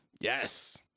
Yes